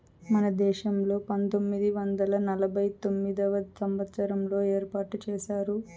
మన దేశంలో పంతొమ్మిది వందల నలభై తొమ్మిదవ సంవచ్చారంలో ఏర్పాటు చేశారు